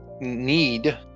need